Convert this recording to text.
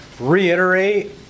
reiterate